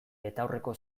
betaurreko